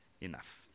enough